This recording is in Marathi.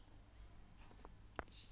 सेंद्रिय शेती करतांनी काय तरास होते?